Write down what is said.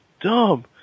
dumb